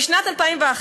בשנת 2011,